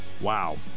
Wow